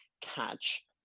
catch